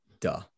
duh